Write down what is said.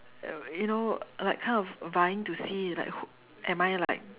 Uh you know like kind of vying to see it like who am I like